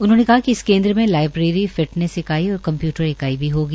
उन्होंने कहा कि इस केन्द्र में लाईब्रेरी फिटनेस इकाई और कम्प्यूटर इकाई भी होगी